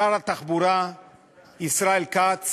שר התחבורה ישראל כץ